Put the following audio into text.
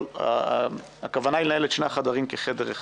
אבל הכוונה היא לנהל את שני החדרים כחדר אחד.